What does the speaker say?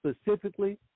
specifically